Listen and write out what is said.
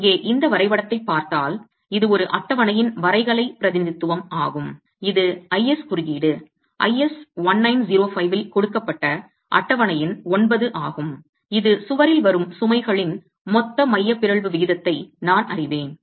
எனவே இங்கே இந்த வரைபடத்தைப் பார்த்தால் இது ஒரு அட்டவணையின் வரைகலை பிரதிநிதித்துவம் ஆகும் இது IS குறியீடு IS 1905 இல் கொடுக்கப்பட்ட அட்டவணை எண் 9 ஆகும் இது சுவரில் வரும் சுமைகளின் மொத்த மைய பிறழ்வு விகிதத்தை நான் அறிவேன்